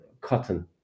cotton